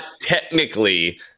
technically